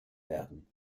werden